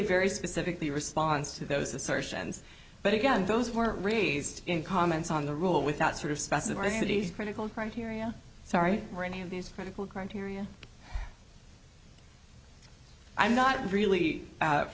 very specifically response to those assertions but again those were raised in comments on the rule without sort of specificity critical criteria sorry for any of these critical criteria i'm not really a